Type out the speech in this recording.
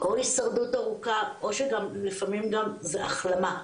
כל הישרדות ארוכה או שלפעמים גם זה החלמה.